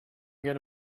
going